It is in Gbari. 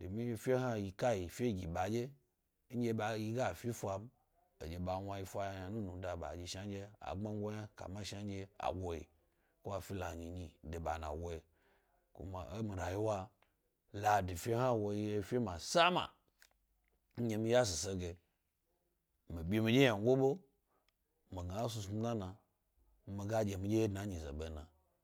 domi fe hna ka yife gib a dye nɗye ba ɗye yi ga fi fa m. edye ba wna yi fa ynanunu kayna ba dyi shnanɗye agbmangonyi kama shnanɗye agowyi ko afi lani de ba nago yi. Kuma e mi rayiwa ladi fe hna woyi efe masama nɗye mi yashise ge mi bi miɗye ynamgo ɓe mi gna, e snusnu nanami ga ɗye miɗye wye dna e nyize be na?